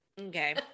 Okay